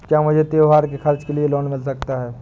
क्या मुझे त्योहार के खर्च के लिए लोन मिल सकता है?